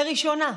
לראשונה,